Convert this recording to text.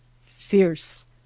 fierce